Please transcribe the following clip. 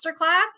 masterclass